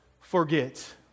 Forget